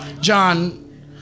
John